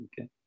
okay